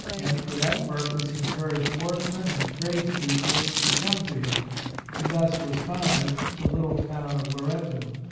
and for that purpose encouraged workmen and tradespeople to come to him and thus was founded the little town of loretto.